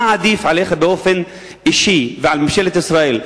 מה עדיף לך באופן אישי ולממשלת ישראל,